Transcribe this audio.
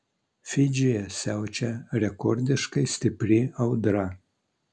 fidžyje siaučia rekordiškai stipri audra